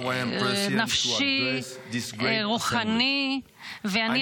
פוליטיות רגשיות ורוחניות עמוקות,